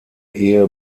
ehe